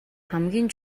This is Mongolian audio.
хамгийн